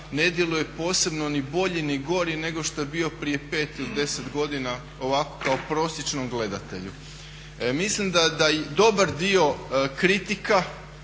ne djeluje posebno ni bolji ni gori nego što je bio prije 5 ili 10 godina, ovako kao prosječnom gledatelju. Mislim da i dobar dio kritika